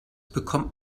bekommt